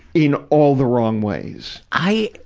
in all the wrong ways. i,